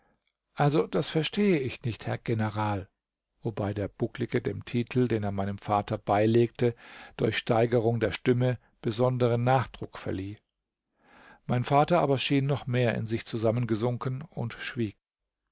also das verstehe ich nicht herr general wobei der bucklige dem titel den er meinem vater beilegte durch steigerung der stimme besonderen nachdruck verlieh mein vater aber schien noch mehr in sich zusammengesunken und schwieg